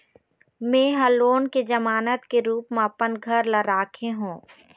में ह लोन के जमानत के रूप म अपन घर ला राखे हों